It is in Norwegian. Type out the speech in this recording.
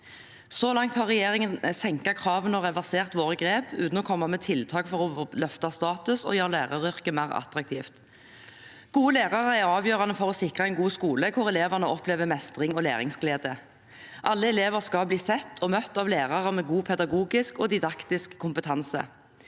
Så langt har regjeringen senket kravene og reversert våre grep uten å komme med tiltak for å løfte statusen og gjøre læreryrket mer attraktivt. Gode lærere er avgjørende for å sikre en god skole hvor elevene opplever mestring og læringsglede. Alle elever skal bli sett og møtt av lærere med god pedagogisk og didaktisk kompetanse.